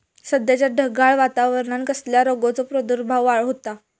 सध्याच्या ढगाळ वातावरणान कसल्या रोगाचो प्रादुर्भाव होता?